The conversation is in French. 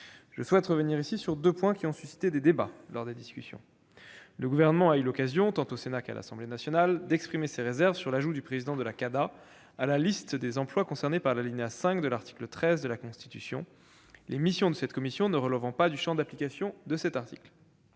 Je souhaite revenir ici sur deux points qui ont suscité des débats lors des discussions. Le Gouvernement a eu l'occasion, tant au Sénat qu'à l'Assemblée nationale, d'exprimer ses réserves sur l'ajout du président de la CADA à la liste des emplois concernés par l'alinéa 5 de l'article 13 de la Constitution, les missions de cette commission ne relevant pas du champ d'application de cet article.